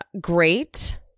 Great